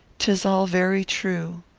tis all very true.